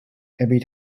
every